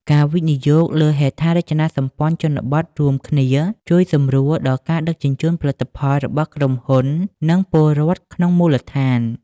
ការវិនិយោគលើហេដ្ឋារចនាសម្ព័ន្ធជនបទរួមគ្នា ជួយសម្រួលដល់ការដឹកជញ្ជូនផលិតផលរបស់ក្រុមហ៊ុន និងពលរដ្ឋក្នុងមូលដ្ឋាន។